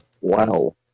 Wow